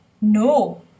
No